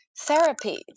Therapy